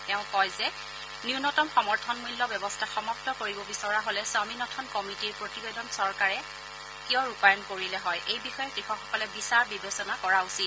তেওঁ কয় যে নন্যতম সমৰ্থনমূল্য ব্যৱস্থা সমাপু কৰিব বিচৰা হ'লে স্বামীনাথন কমিটিৰ প্ৰতিবেদন চৰকাৰে কিয় ৰূপায়ণ কৰিলে হয় এই বিষয়ে কৃষকসকলে বিচাৰ বিবেচনা কৰা উচিত